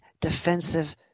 defensive